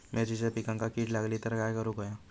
मिरचीच्या पिकांक कीड लागली तर काय करुक होया?